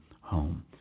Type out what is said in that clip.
home